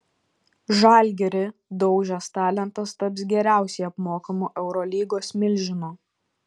žalgirį daužęs talentas taps geriausiai apmokamu eurolygos milžinu